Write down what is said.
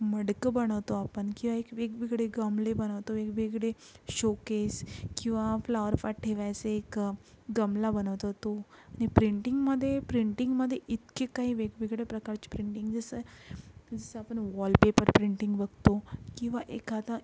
मडकं बनवतो आपण किंवा एक वेगवेगळे गमले बनवतो वेगवेगळे शोकेस किवा प्लॉवरफाट ठेवायचे एक गमला बनवतो तो नि प्रिंटिंगमध्ये प्रिंटिंगमध्ये इतकी काही वेगवेगळे प्रकारचे प्रिंटिंगेस आहे जसं आपण वॉलपेपर प्रिंटिंग बघतो किंवा एखादा